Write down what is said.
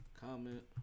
Comment